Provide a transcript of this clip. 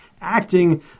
acting